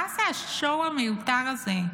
מה זה השואו המיותר הזה?